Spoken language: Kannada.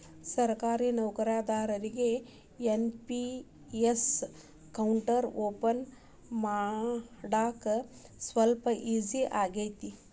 ಸರ್ಕಾರಿ ನೌಕರದಾರಿಗಿ ಎನ್.ಪಿ.ಎಸ್ ಅಕೌಂಟ್ ಓಪನ್ ಮಾಡಾಕ ಸ್ವಲ್ಪ ಈಜಿ ಆಗತೈತ